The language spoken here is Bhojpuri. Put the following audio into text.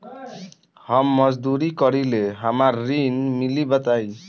हम मजदूरी करीले हमरा ऋण मिली बताई?